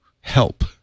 help